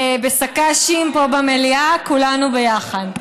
בשק"שים פה במליאה, כולנו ביחד.